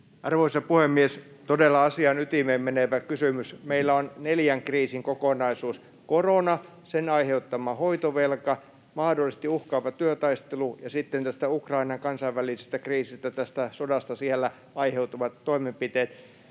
Arvoisa puhemies! Todella asian ytimeen menevä kysymys. Meillä on neljän kriisin kokonaisuus: korona, sen aiheuttama hoitovelka, mahdollisesti uhkaava työtaistelu ja sitten Ukrainan kansainvälisestä kriisistä, sodasta siellä, aiheutuvat toimenpiteet.